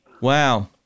Wow